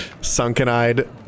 sunken-eyed